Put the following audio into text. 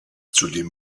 zudem